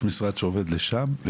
יש משרד שעובד לשם,